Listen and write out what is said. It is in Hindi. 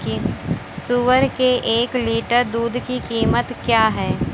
सुअर के एक लीटर दूध की कीमत क्या है?